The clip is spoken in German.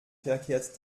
verkehrt